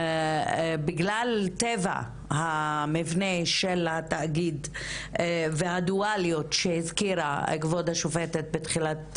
בגלל טבע המבנה של התאגיד והדואליות שהזכירה כבוד השופטת בתחילת דבריה.